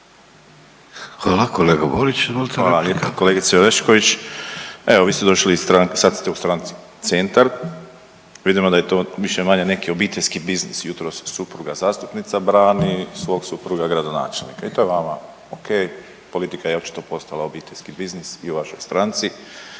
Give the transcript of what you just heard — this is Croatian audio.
Hvala lijepa. Kolegice Orešković evo vi ste došli sad ste u stranci Centar vidimo da je to više-manje obiteljski biznis jutros supruga zastupnica brani svog supruga gradonačelnika i to je vama ok, politika je očito postala obiteljski biznis i u vašoj stranci.